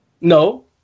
No